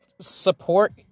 support